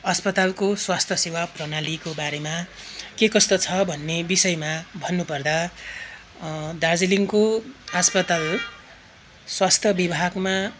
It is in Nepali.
अस्पतालको स्वास्थ्य सेवा प्रणालीको बारेमा के कस्तो छ भन्ने विषयमा भन्नुपर्दा दार्जिलिङको अस्पताल स्वास्थ्य विभागमा